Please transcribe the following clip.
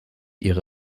ihre